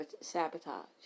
sabotage